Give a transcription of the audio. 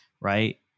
right